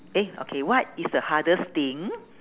eh okay what is the hardest thing